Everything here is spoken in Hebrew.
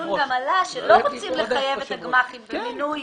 בדיון גם עלה שלא רוצים לחייב את הגמ"חים במינוי